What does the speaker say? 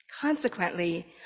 Consequently